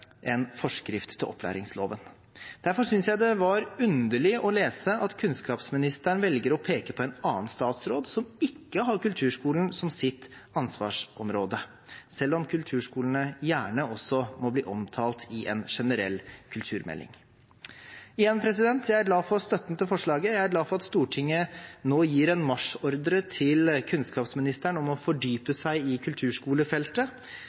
forskrift til opplæringsloven. Derfor synes jeg det var underlig å lese at kunnskapsministeren velger å peke på en annen statsråd, som ikke har kulturskolen som sitt ansvarsområde, selv om kulturskolene gjerne også må bli omtalt i en generell kulturmelding. Igjen: Jeg er glad for støtten til forslaget. Jeg er glad for at Stortinget nå gir en marsjordre til kunnskapsministeren om å fordype seg i kulturskolefeltet.